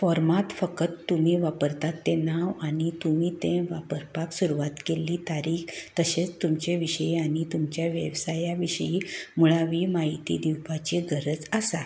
फॉर्मांत फकत तुमी वापरतात तें नांव आनी तुमी तें वापरपाक सुरवात केल्ली तारीक तशेंच तुमचे विशीं आनी तुमच्या वेवसाया विशीं मुळावी म्हायती दिवपाची गरज आसा